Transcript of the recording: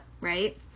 right